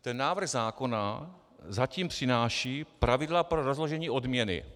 Ten návrh zákona zatím přináší pravidla pro rozložení odměny.